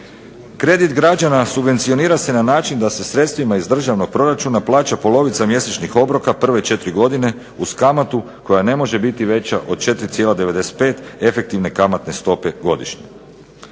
Kredit građana subvencionira se na način da se sredstvima iz državnog proračuna plaća polovica mjesečnih obroka prve 4 godine, uz kamatu koja ne može biti veća od 4,95 efektivne kamatne stope godišnje.